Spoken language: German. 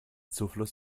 zufluss